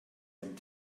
and